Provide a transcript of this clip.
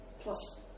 Plus